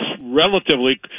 relatively